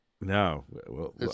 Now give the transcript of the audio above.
No